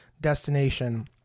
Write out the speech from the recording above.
destination